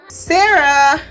sarah